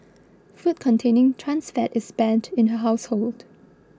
food containing trans fat is banned in her household